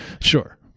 Sure